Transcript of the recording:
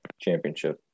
championship